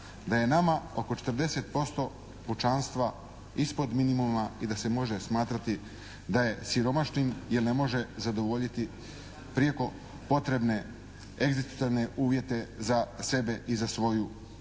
da je nama oko 40% pučanstva ispod minimuma i da se može smatrati da je siromašnim jer ne može zadovoljiti prijeko potrebne egzistencijalne uvjete za sebe i za svoju